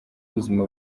ubuzima